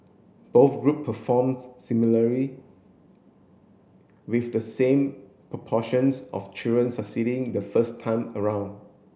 both group performs similarly with the same proportions of children succeeding the first time around